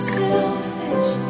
selfish